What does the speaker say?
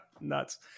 nuts